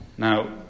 Now